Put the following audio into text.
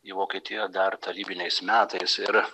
į vokietiją dar tarybiniais metais ir